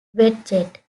wedged